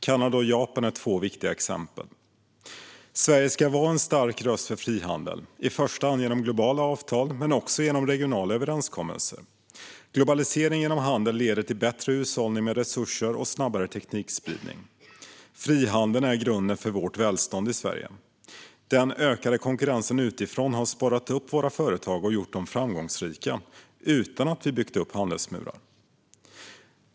Kanada och Japan är två viktiga exempel. Sverige ska vara en stark röst för frihandel, i första hand genom globala avtal men också genom regionala överenskommelser. Globalisering genom handel leder till bättre hushållning med resurser och snabbare teknikspridning. Frihandeln är grunden för välståndet i Sverige. Den ökade konkurrensen utifrån har sporrat våra företag och gjort dem framgångsrika, utan att vi byggt upp handelsmurar.